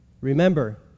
Remember